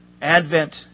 Advent